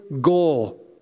goal